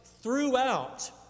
throughout